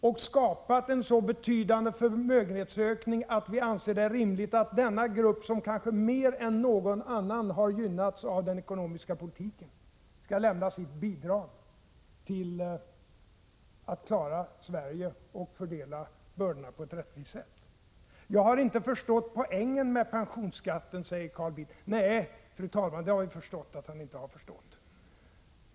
Vi har skapat en så betydande förmögenhetsökning att vi anser det rimligt att den grupp som kanske mer än någon annan har gynnats av den ekonomiska politiken skall lämna sitt bidrag till att klara Sveriges ekonomi och fördela bördorna på ett rättvist sätt. Jag har inte förstått poängen med pensionsskatten, säger Carl Bildt. Nej, fru talman, det har vi förstått att han inte har förstått.